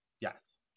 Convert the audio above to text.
Yes